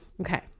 okay